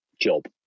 job